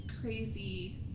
crazy